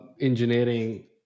engineering